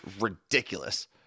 ridiculous